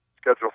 Schedule